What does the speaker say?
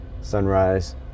sunrise